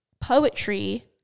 poetry